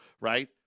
right